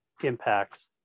impacts